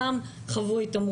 בין אם הם עצמם חוו התעמרות.